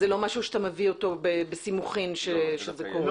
זה לא משהו שאתה מביא אותו בסימוכין שזה קורה.